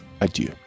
adieu